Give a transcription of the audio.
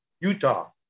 Utah